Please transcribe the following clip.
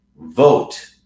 Vote